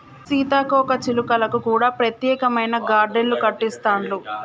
సీతాకోక చిలుకలకు కూడా ప్రత్యేకమైన గార్డెన్లు కట్టిస్తాండ్లు